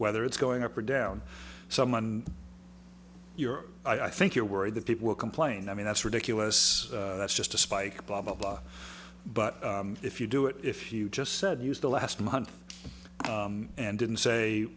whether it's going up or down someone you're i think you're worried that people will complain i mean that's ridiculous that's just a spike blah blah blah but if you do it if you just said use the last month and didn't say